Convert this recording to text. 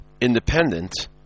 independent